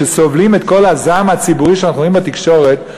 שסובלים את כל הזעם הציבורי שאנחנו רואים בתקשורת,